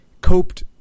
coped